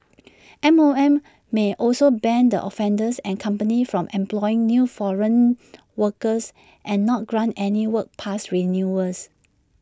M O M may also ban the offender and company from employing new foreign workers and not grant any work pass renewals